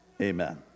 amen